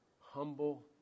Humble